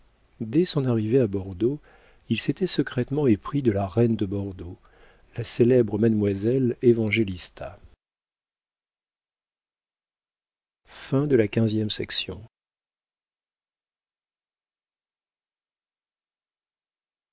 dès son arrivée à bordeaux il s'était secrètement épris de la reine de bordeaux la célèbre mademoiselle évangélista vers